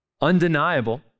undeniable